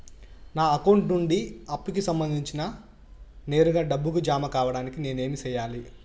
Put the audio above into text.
నా అకౌంట్ నుండి అప్పుకి సంబంధించి నేరుగా డబ్బులు జామ కావడానికి నేను ఏమి సెయ్యాలి?